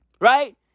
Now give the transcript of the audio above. right